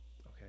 okay